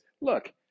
look